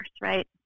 right